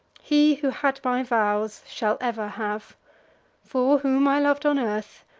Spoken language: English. he who had my vows shall ever have for, whom i lov'd on earth,